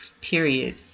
period